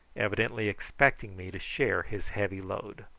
evidently expecting me to share his heavy load.